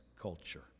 culture